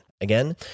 Again